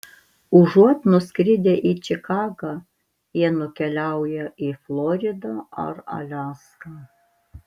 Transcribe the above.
užuot nuskridę į čikagą jie nukeliauja į floridą ar aliaską